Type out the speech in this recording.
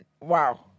Wow